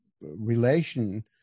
relation